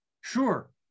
Sure